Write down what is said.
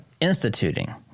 instituting